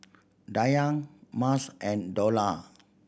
Dayang Mas and Dollah